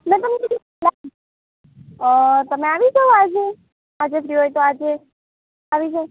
મેં તમને કીધું તમે આવી જાવ આજે આજે ફ્રી હોય તો આજે